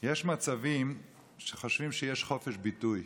יש מצבים שחושבים שיש חופש ביטוי,